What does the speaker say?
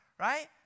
Right